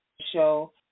show